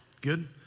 Good